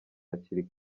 hakiri